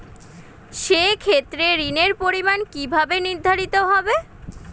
সে ক্ষেত্রে ঋণের পরিমাণ কিভাবে নির্ধারিত হবে?